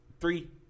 three